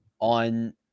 on